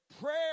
prayer